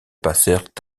passèrent